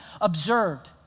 observed